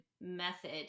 method